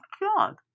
God